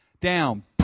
down